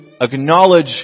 acknowledge